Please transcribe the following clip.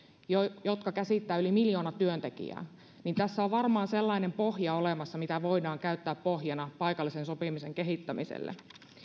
jotka käsittävät yli miljoona työntekijää joten tässä on varmaan sellainen pohja olemassa mitä voidaan käyttää pohjana paikallisen sopimisen kehittämiselle